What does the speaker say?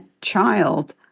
child